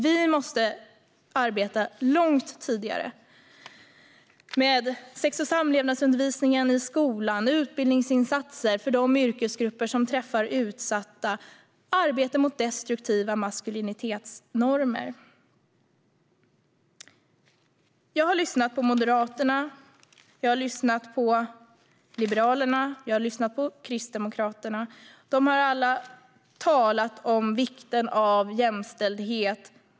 Vi måste arbeta långt tidigare, med sex och samlevnadsundervisning i skolan och utbildningsinsatser för de yrkesgrupper som träffar utsatta. Vi måste arbeta mot destruktiva maskulinitetsnormer. Jag har lyssnat på Moderaterna. Jag har lyssnat på Liberalerna. Jag har lyssnat på Kristdemokraterna. De har alla talat om vikten av jämställdhet.